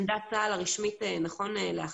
עמדת צה"ל הרשמית, נכון לעכשיו,